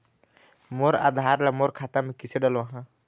मोर आधार ला मोर खाता मे किसे डलवाहा?